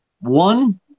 one